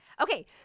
Okay